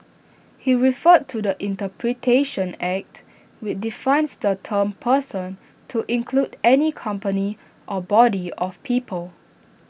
he referred to the interpretation act which defines the term person to include any company or body of people